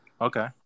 Okay